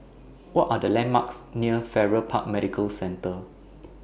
What Are The landmarks near Farrer Park Medical Centre